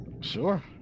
Sure